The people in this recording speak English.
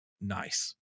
Nice